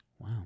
Wow